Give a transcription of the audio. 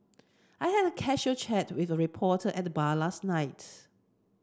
I had a casual chat with a reporter at the bar last night